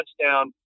touchdown